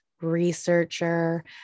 researcher